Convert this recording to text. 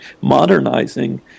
modernizing